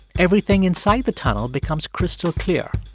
everything inside the tunnel becomes crystal clear.